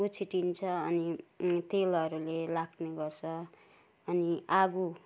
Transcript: उछिट्टिन्छ अनि तेलहरूले लाग्ने गर्छ अनि आगो